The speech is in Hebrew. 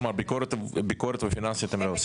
כלומר, ביקורת ופיננסים הם לא עושים?